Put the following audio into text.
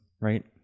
right